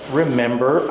remember